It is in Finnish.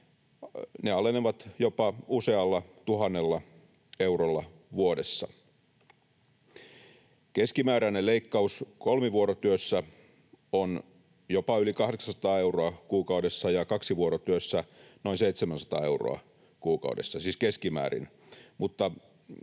Ne alenevat jopa usealla tuhannella eurolla vuodessa. Keskimääräinen leikkaus kolmivuorotyössä on jopa yli 800 euroa kuukaudessa ja kaksivuorotyössä noin 700 euroa kuukaudessa, siis keskimäärin,